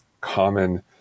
common